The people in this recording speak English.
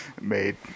made